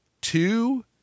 Two